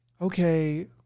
okay